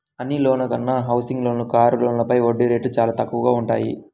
అన్ని లోన్ల కన్నా హౌసింగ్ లోన్లు, కారు లోన్లపైన వడ్డీ రేట్లు చానా తక్కువగా వుంటయ్యి